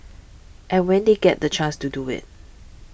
and when they get the chance to do it